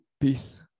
Peace